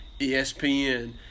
ESPN